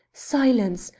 silence!